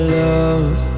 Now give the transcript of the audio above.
love